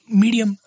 medium